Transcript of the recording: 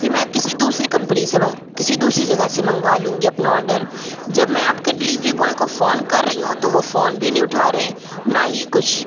پھر میں کسی دوسری کمپنی سے منگ کسی دوسری جگہ سے منگوا لوں گی اپنا آرڈر جب میں آپ کے ڈلیوری بوائے کو فون کر رہی ہوں تو وہ فون بھی نہیں اٹھا رہیں نہ ہی کچھ